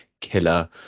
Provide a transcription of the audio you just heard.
killer